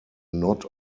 not